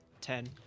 Ten